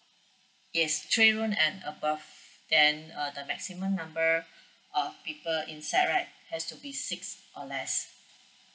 yes twenty room and above then uh the maximum number of people inside right has to six or less